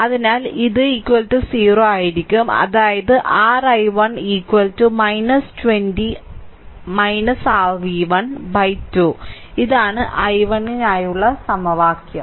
അതിനാൽ ഇത് 0 അതായത് r i1 20 r v1 2 ഇതാണ് i1 നായുള്ള സമവാക്യം